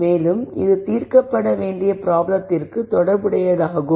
மேலும் இது தீர்க்கப்பட வேண்டிய ப்ராப்ளத்திற்கு தொடர்புடையதாகும்